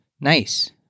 Nice